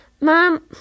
Mom